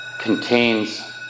contains